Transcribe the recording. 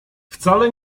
wcale